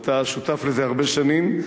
ואתה שותף לזה הרבה שנים,